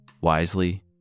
Wisely